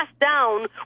down